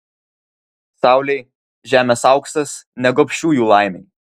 saulei žemės auksas ne gobšiųjų laimei